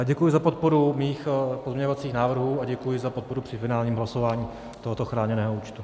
Děkuji za podporu mých pozměňovacích návrhů a děkuji za podporu při finálním hlasování tohoto chráněného účtu.